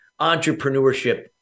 entrepreneurship